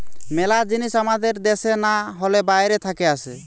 মেলা জিনিস আমাদের দ্যাশে না হলে বাইরে থাকে আসে